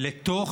לתוך